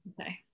Okay